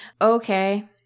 Okay